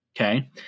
okay